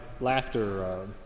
laughter